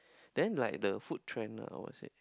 then like the food trend lah I would say